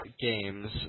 games